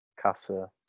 Casa